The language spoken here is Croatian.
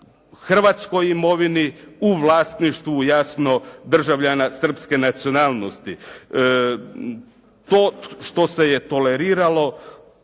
hrvatskoj imovini u vlasništvu jasno državljana srpske nacionalnosti. To što se je toleriralo